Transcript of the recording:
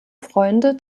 freunde